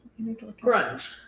Grunge